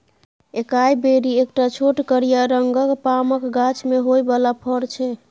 एकाइ बेरी एकटा छोट करिया रंगक पामक गाछ मे होइ बला फर छै